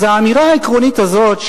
אז האמירה העקרונית הזאת,